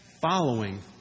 Following